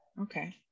Okay